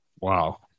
Wow